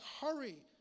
hurry